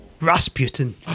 Rasputin